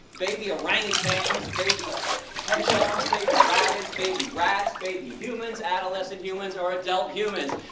baby orangutans baby hedgehogs, baby rabbits, baby rats, baby humans, adolescence humans or adult humans.